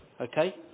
Okay